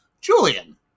Julian